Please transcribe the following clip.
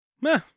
Meh